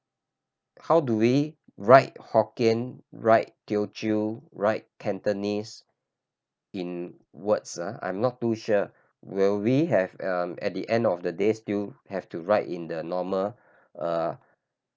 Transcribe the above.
how do we write hokkien write teochew write cantonese in words uh I'm not too sure will we have um at the end of the day still have to write in the normal uh